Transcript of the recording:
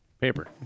Paper